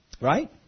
Right